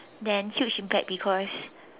then huge impact because